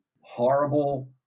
horrible